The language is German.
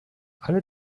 alle